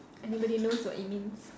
anybody knows what it means